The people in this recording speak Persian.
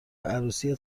عروسی